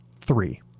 three